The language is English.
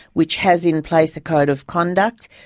which has in place a code of conduct,